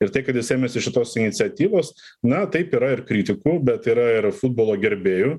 ir tai kad jis ėmėsi šitos iniciatyvos na taip yra ir kritikų bet yra ir futbolo gerbėjų